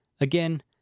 Again